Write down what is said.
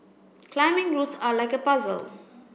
climbing routes are like a puzzle